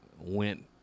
went